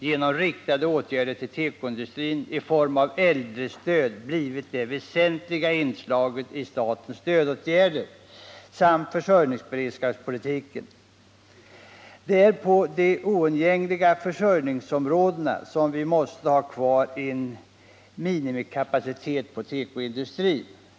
Genom riktade åtgärder till tekoindustrin i form av äldrestöd har arbetsmarknadspolitiken och försörjningsberedskapspolitiken blivit de väsentliga inslagen i statens stödåtgärder. Det är på de oundgängliga försörjningsområdena som vi måste ha kvar en minimikapacitet inom tekoindustrin.